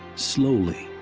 slowly,